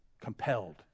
Compelled